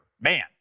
man